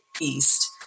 East